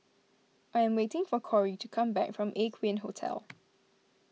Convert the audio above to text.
I am waiting for Corey to come back from Aqueen Hotel